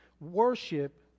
worship